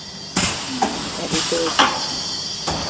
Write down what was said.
अभी तो